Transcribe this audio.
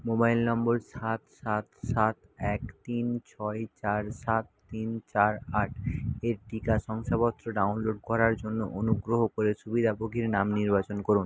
mobile number সাত সাত সাত এক তিন ছয় চার সাত তিন চার আট এর টিকা শংসাপত্র ডাউনলোড করার জন্য অনুগ্রহ করে সুবিধাভোগীর নাম নির্বাচন করুন